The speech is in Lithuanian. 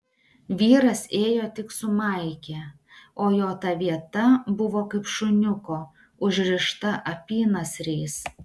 vyras ėjo tik su maike o jo ta vieta buvo kaip šuniuko užrišta apynasriais